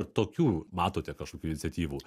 tokių matote kažkokių iniciatyvų